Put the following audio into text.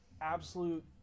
absolute